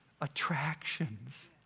attractions